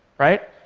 right?